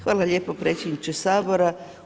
Hvala lijepo predsjedniče Sabora.